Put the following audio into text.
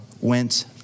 went